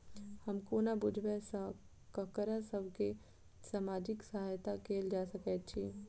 हम कोना बुझबै सँ ककरा सभ केँ सामाजिक सहायता कैल जा सकैत छै?